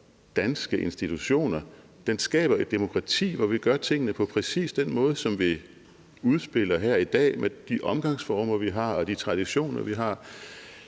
danske institutioner, den skaber et demokrati, hvor vi gør tingene på præcis den måde, som det udspiller sig her i dag med de omgangsformer, vi har, og de traditioner, vi har.